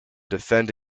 defend